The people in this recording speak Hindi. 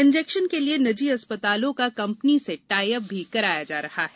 इंजेक्शन के लिए निजी अस्पतालों का कंपनी से टाईअप भी कराया जा रहा है